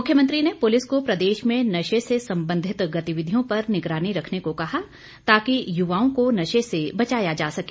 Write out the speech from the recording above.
मुख्यमंत्री ने पुलिस को प्रदेश में नशे से संबंधित गतिविधियों पर निगरानी रखने को कहा ताकि युवाओं को नशे से बचाया जा सके